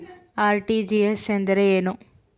RTGS ಎಂದರೇನು?